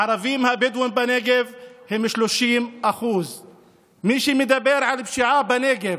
הערבים הבדואים בנגב הם 30%. מי שמדבר על פשיעה בנגב